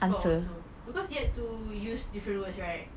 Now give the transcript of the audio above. hard to score alsoo because you had to use different words right